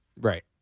Right